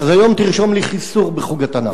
אז היום תרשום לי חיסור בחוג התנ"ך.